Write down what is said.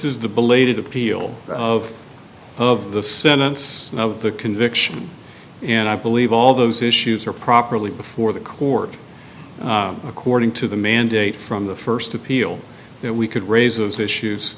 is the belated appeal of of the sentence of the conviction and i believe all those issues are properly before the court according to the mandate from the first appeal and we could raise those issues